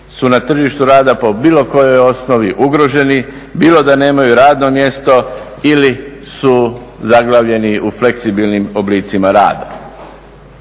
su na tržištu rada po bilo kojoj osnovi ugroženi, bilo da nemaju radno mjesto ili su zaglavljeni u fleksibilnim oblicima rada.